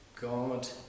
God